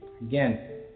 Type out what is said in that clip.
Again